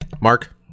Mark